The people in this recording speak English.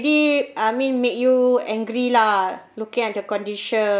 I mean made you angry lah looking at the condition